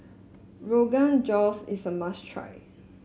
Rogan Josh is a must try